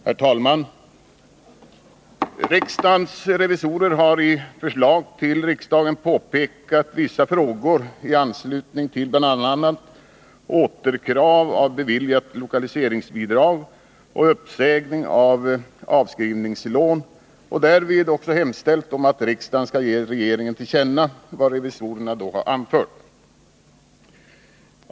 Herr talman! Riksdagens revisorer har i förslag till riksdagen påpekat vissa frågor i anslutning till bl.a. återkrav av beviljat lokaliseringsbidrag och uppsägning av avskrivningslån och därvid hemställt om att riksdagen skall ge regeringen till känna vad revisorerna då anfört.